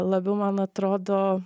labiau man atrodo